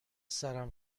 سرم